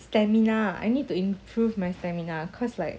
stamina I need to improve my stamina cause like